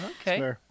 Okay